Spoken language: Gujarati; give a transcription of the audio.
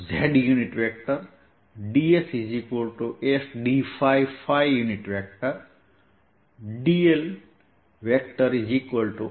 અને તેથી હું લાઈન એલિમેન્ટ dlsdssdϕϕdssdzz લખી શકું